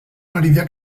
meridià